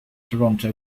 toronto